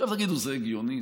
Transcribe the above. עכשיו תגידו: זה הגיוני?